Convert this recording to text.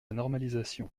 normalisation